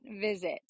visit